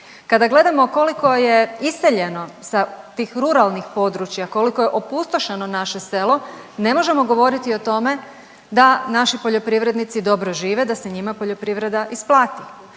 Kada gledamo koliko je iseljeno sa tih ruralnih područja, koliko je opustošeno naše selo ne možemo govoriti o tome da naši poljoprivrednici dobro žive, da se njima poljoprivreda isplati.